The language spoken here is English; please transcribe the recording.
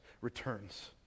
returns